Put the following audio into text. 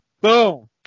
Boom